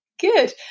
Good